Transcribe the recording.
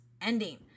ending